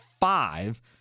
five